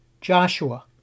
Joshua